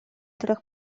трех